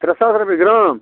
ترٛےٚ ساس رۄپیہِ گرٛام